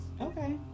Okay